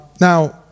Now